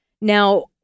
Now